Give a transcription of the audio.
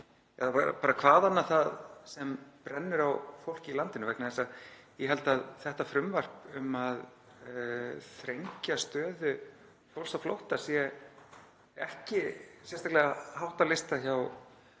eða hvað annað það er sem brennur á fólki í landinu. Ég held að þetta frumvarp, um að þrengja stöðu fólks á flótta, sé ekki sérstaklega hátt á lista hjá